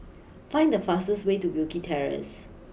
find the fastest way to Wilkie Terrace